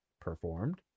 performed